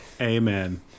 Amen